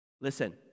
Listen